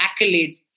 accolades